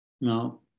Now